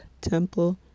Temple